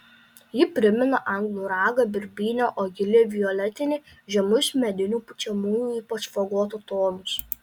ji primena anglų ragą birbynę o gili violetinė žemus medinių pučiamųjų ypač fagoto tonus